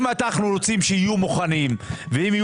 אם אנחנו רוצים שהם יהיו מוכנים ובזמן,